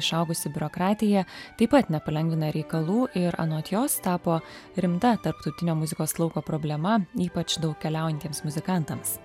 išaugusi biurokratija taip pat nepalengvina reikalų ir anot jos tapo rimta tarptautinio muzikos lauko problema ypač daug keliaujantiems muzikantams